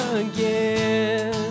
again